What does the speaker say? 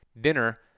dinner